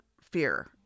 fear